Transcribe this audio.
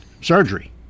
Surgery